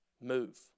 Move